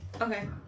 Okay